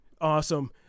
Awesome